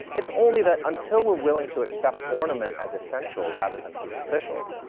it's only that until we're willing to accept ornament as essential, rather than superficial,